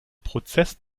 prozess